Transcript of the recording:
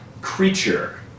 creature